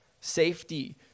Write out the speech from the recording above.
Safety